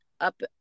up